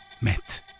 met